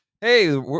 hey